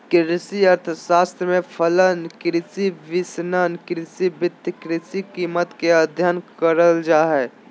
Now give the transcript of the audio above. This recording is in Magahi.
कृषि अर्थशास्त्र में फलन, कृषि विपणन, कृषि वित्त, कृषि कीमत के अधययन करल जा हइ